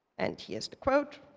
and here is the quote.